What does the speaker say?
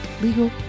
legal